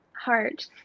heart